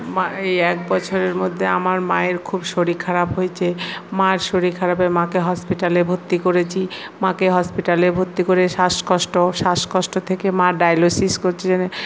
এই এক বছরের মধ্যে আমার মায়ের খুব শরীর খারাপ হয়েছে মার শরীর খারাপে মাকে হসপিটালে ভর্তি করেছি মাকে হসপিটালে ভর্তি করে শ্বাসকষ্ট শ্বাসকষ্ট থেকে মায়ের ডায়লসিস করছি